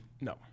no